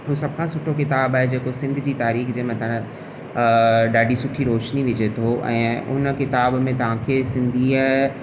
हू सभु खां सुठो किताबु आहे जेको सिंध जी तारीख़ जे मथां ॾाढी सुठी रोशिनी विझे थो ऐं हुन किताब में तव्हांखे सिंधीअ